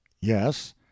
Yes